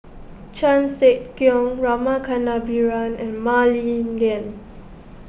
Chan Sek Keong Rama Kannabiran and Mah Li Lian